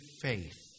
faith